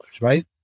Right